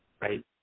right